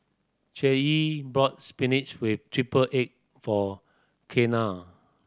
bought spinach with triple egg for Kianna